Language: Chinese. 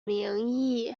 名义